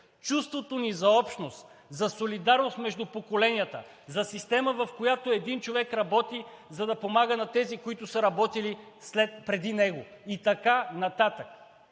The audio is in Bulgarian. чувството ни за общност, за солидарност между поколенията, за система, в която един човек работи, за да помага на тези, които са работили преди него. И така нататък.